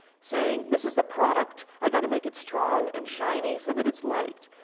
saying, this is the product. i've got to make it strong and shiny, so that it's liked.